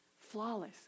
flawless